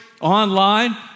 online